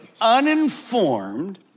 uninformed